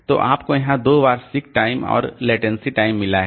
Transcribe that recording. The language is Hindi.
तो आपको यहां दो बार सीक टाइम और लेटेंसी टाइम मिला है